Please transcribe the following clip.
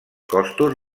costos